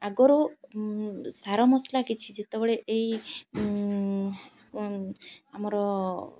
ଆଗରୁ ସାର ମସଲା କିଛି ଯେତେବେଳେ ଏଇ ଆମର